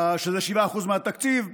שזה 7% מהתקציב,